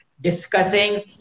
discussing